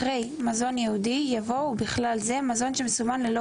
אחרי "מזון ייעודי" יבוא "ובכלל זה מזון המסומן "ללא